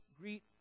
greet